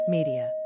Media